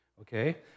Okay